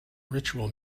ritual